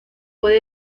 puede